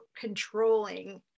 controlling